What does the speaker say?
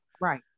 Right